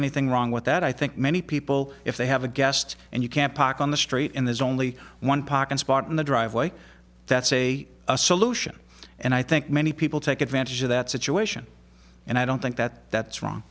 anything wrong with that i think many people if they have a guest and you can't park on the street and there's only one parking spot in the driveway that's a solution and i think many people take advantage of that situation and i don't think that that's wrong